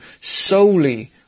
solely